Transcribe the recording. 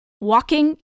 walking